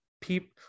people